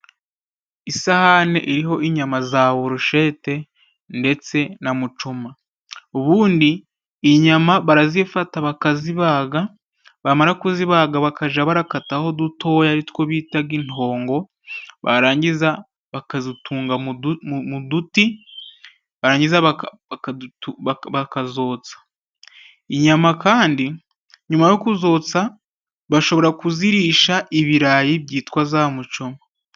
Isahani iriho inyama za burushete ndetse na mucoma. Ubundi inyama barazifata bakazibaga bamara kuzibaga bakaja barakataho dutoya aritwo bitaga intongo, barangiza bakazitunga mu du mu duti barangiza bakazotsa, inyama kandi nyuma yo kuzotsa bashobora kuzirisha ibirayi byitwa za mucoma.